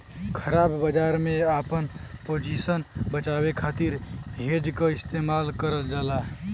ख़राब बाजार में आपन पोजीशन बचावे खातिर हेज क इस्तेमाल करल जाला